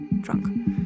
drunk